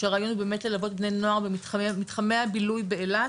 שהרעיון הוא באמת ללוות בני נוער במתחמי הבילוי באילת.